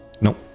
Nope